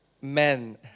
men